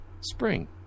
spring